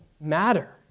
matter